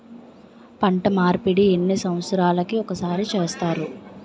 పంట మార్పిడి ఎన్ని సంవత్సరాలకి ఒక్కసారి చేస్తారు?